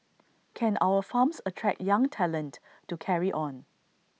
can our farms attract young talent to carry on